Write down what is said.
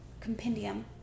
compendium